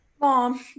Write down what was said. Mom